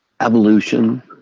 evolution